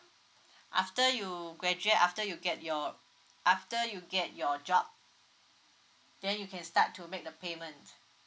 after you graduate after you get your after you get your job then you can start to make the payment